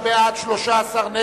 התש"ע 2010,